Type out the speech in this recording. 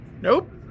Nope